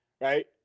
right